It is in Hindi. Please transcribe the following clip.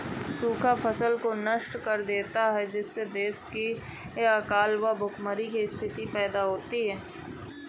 सूखा फसल को नष्ट कर देता है जिससे देश में अकाल व भूखमरी की स्थिति पैदा हो जाती है